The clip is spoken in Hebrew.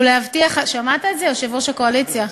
ולהבטיח, שמעת את זה, יושב-ראש הקואליציה?